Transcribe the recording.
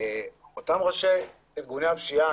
אותם ראשי ארגוני הפשיעה,